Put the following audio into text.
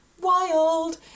wild